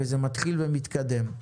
וזה מתחיל ומתקדם.